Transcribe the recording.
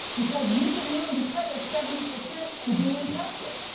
because you can literally play at seventy percent and be impressive.